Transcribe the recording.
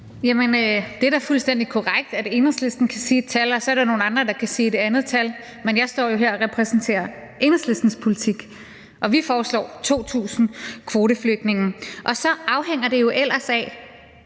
Det er da fuldstændig korrekt, at Enhedslisten kan komme med et tal, og så er der nogle andre, der kan komme med et andet tal, men jeg står jo her og repræsenterer Enhedslistens politik, og vi foreslår 2.000 kvoteflygtninge. Og så afhænger det jo ellers af,